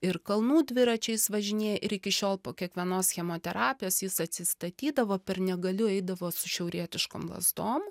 ir kalnų dviračiais važinėja ir iki šiol po kiekvienos chemoterapijos jis atsistatydavo per negaliu eidavo su šiaurietiškom lazdom